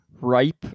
ripe